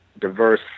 diverse